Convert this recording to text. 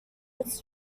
its